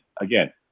again